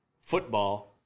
football